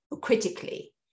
critically